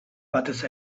batez